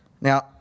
Now